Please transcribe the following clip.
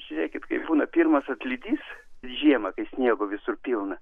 žiūrėkit kai būna pirmas atlydys žiemą kai sniego visur pilna